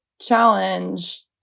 challenge